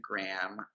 Instagram